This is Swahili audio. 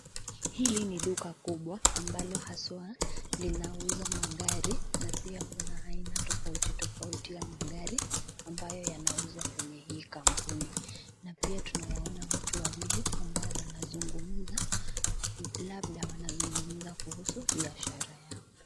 Hili ni duka kubwa ambalo haswaa linauza magari. Na pia kuna aina tofauti tofauti ya magari ambayo yanauzwa kwenye hii kampuni. Na pia tunawaona watu wawili ambao wanazungumza labda wanazungumza kuhusu biashara yao.